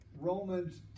Romans